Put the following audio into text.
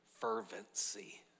fervency